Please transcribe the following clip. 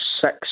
six